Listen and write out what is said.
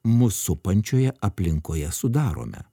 mus supančioje aplinkoje sudarome